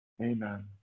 Amen